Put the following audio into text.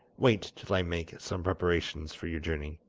wait till i make some preparations for your journey